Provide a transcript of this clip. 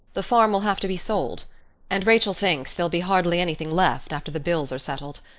the farm will have to be sold and rachel thinks there'll be hardly anything left after the bills are settled.